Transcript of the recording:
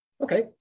Okay